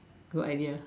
good idea